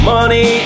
Money